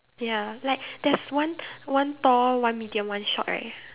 ya like there's one one tall one medium one short right